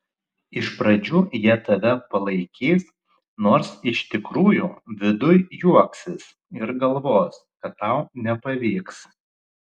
iš pradžių jie tave palaikys nors iš tikrųjų viduj juoksis ir galvos kad tau nepavyks